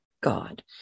God